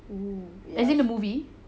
oo as in the movie